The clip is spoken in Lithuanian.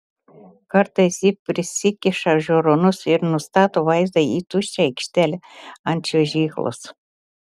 kartais ji prisikiša žiūronus ir nustato vaizdą į tuščią aikštelę ant čiuožyklos